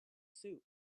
soup